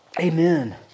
Amen